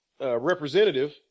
representative